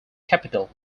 capital